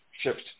shift